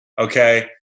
Okay